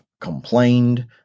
complained